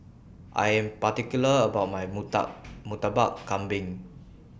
I Am particular about My Murtabak Kambing